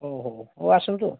ଆସନ୍ତୁ